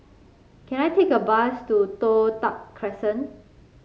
can I take a bus to Toh Tuck Crescent